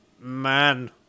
man